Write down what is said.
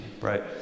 Right